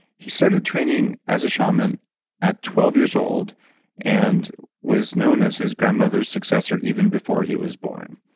he started training as a shaman at twelve years old and was known as his grandmother's successor even before he was born.